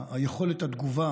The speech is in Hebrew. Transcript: יכולת התגובה